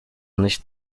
nicht